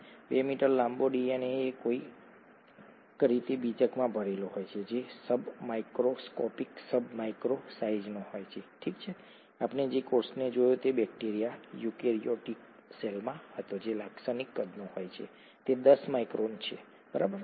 2 metre લાંબો DNA કોઈક રીતે બીજકમાં ભરેલો હોય છે જે સબ માઇક્રોસ્કોપિક સબ માઇક્રોન સાઇઝનો હોય છે ઠીક છે આપણે જે કોષને જોયો તે બેક્ટેરિયા યુકેરિયોટિક સેલમાં હતો જે લાક્ષણિક કદનો હોય છે તે 10 માઇક્રોન છે બરાબર